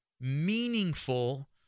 meaningful